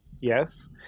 Yes